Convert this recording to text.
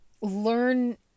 learn